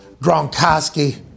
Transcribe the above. Gronkowski